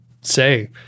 say